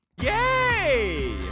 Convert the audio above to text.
Yay